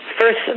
first